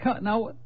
Now